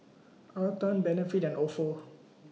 Atherton Benefit and Ofo